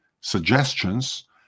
suggestions